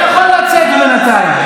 אתה יכול לצאת בינתיים.